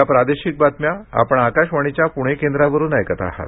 या प्रादेशिक बातम्या आपण आकाशवाणीच्या प्णे केंद्रावरून ऐकत आहात